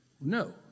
No